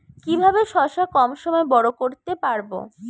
কিভাবে শশা কম সময়ে বড় করতে পারব?